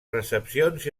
recepcions